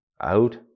out